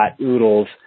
oodles